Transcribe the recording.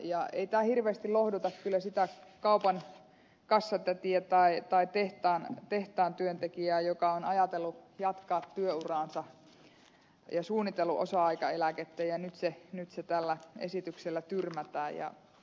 ei tämä hirveästi lohduta sitä kaupan kassatätiä tai tehtaan työntekijää joka on ajatellut jatkaa työuraansa ja suunnitellut osa aikaeläkettä ja nyt se tällä esityksellä tyrmätään